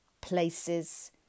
places